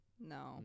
No